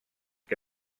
que